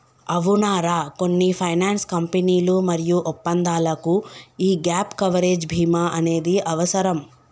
అవునరా కొన్ని ఫైనాన్స్ కంపెనీలు మరియు ఒప్పందాలకు యీ గాప్ కవరేజ్ భీమా అనేది అవసరం